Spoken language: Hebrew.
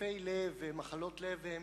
התקפי לב ומחלות לב הם